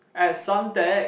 at Suntec